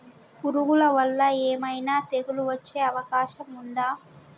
పురుగుల వల్ల ఏమైనా తెగులు వచ్చే అవకాశం ఉందా?